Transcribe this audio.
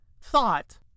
thought